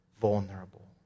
vulnerable